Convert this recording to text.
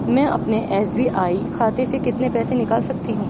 میں اپنے S B I کھاتے سے کتنے پیسے نکال سکتی ہوں